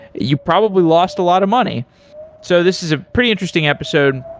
you probably lost a lot of money so this is a pretty interesting episode,